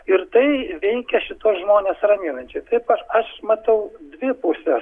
ir tai veikia šituos žmones raminančiai taip aš aš matau dvi puses